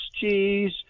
cheese